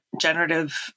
generative